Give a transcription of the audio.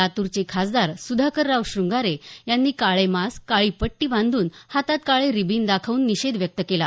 लातूरचे खासदार सुधाकरराव शृंगारे यांनी काळे मास्क काळी पट्टी बांधून हातात काळे रिबीन दाखवून निषेध व्यक्त केला